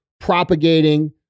propagating